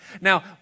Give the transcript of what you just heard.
Now